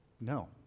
No